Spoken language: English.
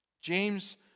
James